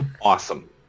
Awesome